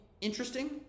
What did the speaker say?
Interesting